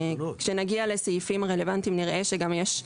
כשנגיע לסעיפים הרלוונטיים נראה שגם יש,